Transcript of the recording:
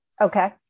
Okay